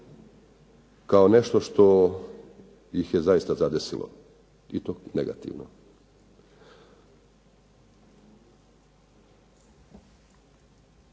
kao nešto što ih je zaista zadesilo i to negativno.